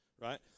Right